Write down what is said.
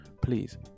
please